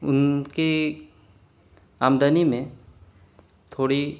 ان کی آمدنی میں تھوڑی